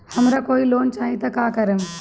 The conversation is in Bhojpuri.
हमरा कोई लोन चाही त का करेम?